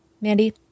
Mandy